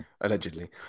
Allegedly